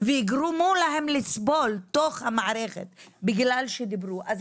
ויגרמו להם לסבול בתוך מהערכת בגלל שהם דיברו,